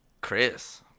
chris